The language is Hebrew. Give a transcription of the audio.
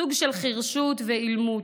סוג של חירשות ואילמות.